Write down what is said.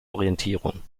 orientierung